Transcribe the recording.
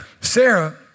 Sarah